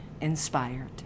inspired